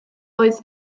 oedd